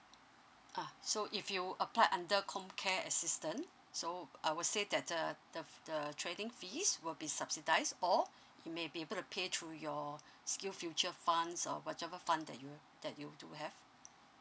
uh so if you apply under com care assistant so I will say that uh the the training fees will be subsidised or you may be able to pay through your skill future funds or whatever fund that you that you do have